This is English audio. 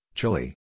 Chile